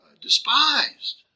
despised